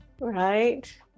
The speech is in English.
right